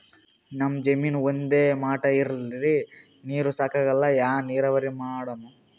ನಮ್ ಜಮೀನ ಒಂದೇ ಮಟಾ ಇಲ್ರಿ, ನೀರೂ ಸಾಕಾಗಲ್ಲ, ಯಾ ನೀರಾವರಿ ಮಾಡಮು?